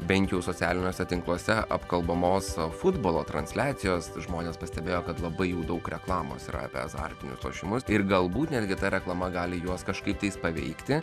bent jau socialiniuose tinkluose apkalbamos futbolo transliacijos žmonės pastebėjo kad labai jau daug reklamos yra apie azartinius lošimus ir galbūt netgi ta reklama gali juos kažkaip paveikti